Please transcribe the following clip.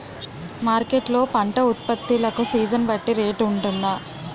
Market లొ పంట ఉత్పత్తి లకు సీజన్ బట్టి రేట్ వుంటుందా?